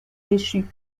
déchu